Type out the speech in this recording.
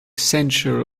sensual